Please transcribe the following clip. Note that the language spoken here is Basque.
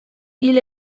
hil